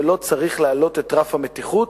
ולא צריך להעלות את רף המתיחות,